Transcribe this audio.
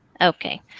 Okay